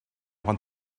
want